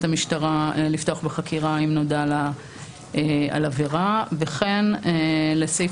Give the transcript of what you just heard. המשטרה לפתוח בחקירה אם נודע לה על עבירה וכן לסעיף